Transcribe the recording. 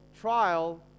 trial